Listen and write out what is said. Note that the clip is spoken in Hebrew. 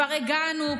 כבר הגענו,